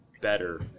better